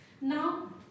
Now